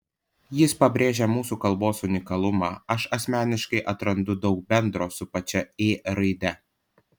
jis pabrėžia mūsų kalbos unikalumą o aš asmeniškai atrandu daug bendro su pačia ė raide